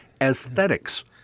aesthetics